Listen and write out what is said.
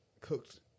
cooked –